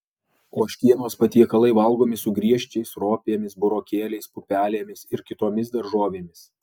ožkienos patiekalai valgomi su griežčiais ropėmis burokėliais pupelėmis ir kitomis daržovėmis